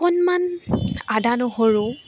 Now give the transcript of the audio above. অকণমান আদা নহৰু